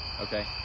Okay